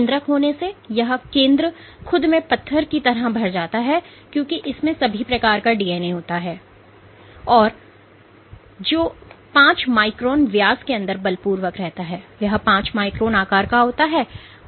केंद्रक होने से यह केंद्र खुद में पत्थर की तरह भर जाता है क्योंकि इसमें सभी प्रकार का डीएनए होता है जो 5 माइक्रोन व्यास के अंदर बलपूर्वक रहता है यह 5 माइक्रोन आकार का होता है